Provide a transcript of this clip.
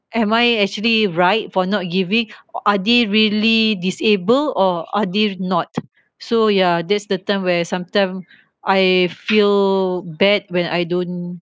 am I actually right for not giving are they really disabled or are they not so ya that's the time where sometime I feel bad when I don't